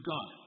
God